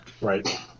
Right